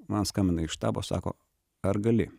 man skambina iš štabo sako ar gali